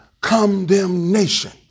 condemnation